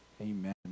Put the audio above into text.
amen